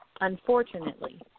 Unfortunately